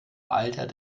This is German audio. alter